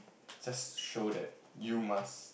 just show that you must